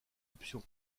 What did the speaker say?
option